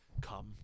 come